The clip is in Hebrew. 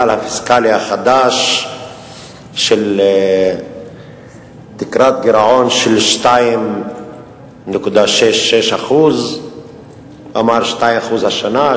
הפיסקלי החדש של תקרת גירעון של 2.66% אמר 2% השנה,